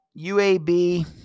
UAB